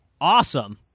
Awesome